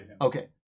Okay